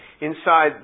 inside